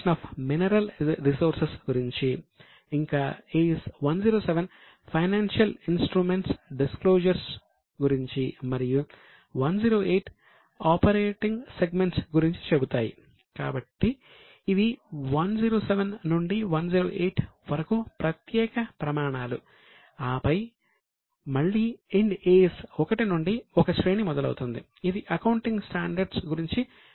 ఆపై మళ్ళీ Ind AS 1 నుండి ఒక శ్రేణి మొదలవుతుంది ఇది అకౌంటింగ్ స్టాండర్డ్స్ గురించి ప్రదర్శిస్తుంది